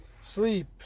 Sleep